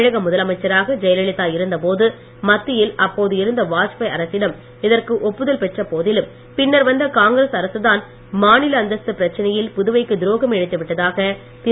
தமிழக முதலமைச்சராக ஜெயல லிதா இருந்த போது மத்தியில் அப்போது இருந்த வாஜ்பாய் அரசிடம் இதற்கு ஒப்புதல் பெற்ற போதிலும் பின்னர் வந்த காங்கிரஸ் அரசு தான் மாநில அந்தஸ்து பிரச்சனையில் புதுவைக்கு துரோகம் இழைத்து விட்டதாக திரு